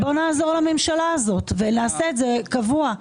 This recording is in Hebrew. בוא נעזור לממשלה הזאת ונעשה את זה קבוע.